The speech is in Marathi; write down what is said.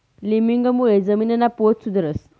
लिमिंगमुळे जमीनना पोत सुधरस